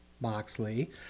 Moxley